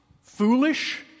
foolish